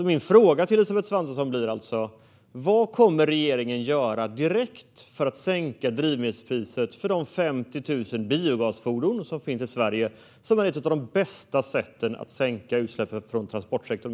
Min fråga till Elisabeth Svantesson är: Vad kommer regeringen att göra direkt för att sänka drivmedelspriset för de 50 000 biogasfordon som finns i Sverige och som är ett av de bästa sätten att minska utsläppen från transportsektorn?